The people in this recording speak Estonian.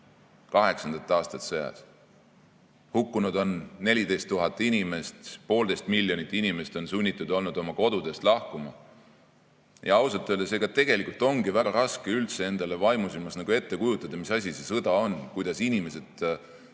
aastat sõjas! Hukkunud on 14 000 inimest, poolteist miljonit inimest on sunnitud olnud oma kodudest lahkuma. Ja ausalt öeldes, ega tegelikult ongi väga raske üldse endale vaimusilmas nagu ette kujutada, mis asi see sõda on, kuidas inimesed